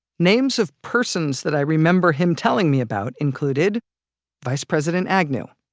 names of persons that i remember him telling me about included vice president agnew.